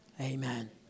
Amen